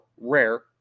rare